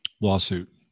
lawsuit